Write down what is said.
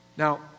Now